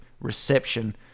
reception